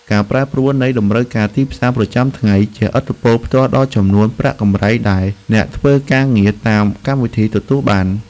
ការប្រែប្រួលនៃតម្រូវការទីផ្សារប្រចាំថ្ងៃជះឥទ្ធិពលផ្ទាល់ដល់ចំនួនប្រាក់កម្រៃដែលអ្នកធ្វើការងារតាមកម្មវិធីទទួលបាន។